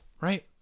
right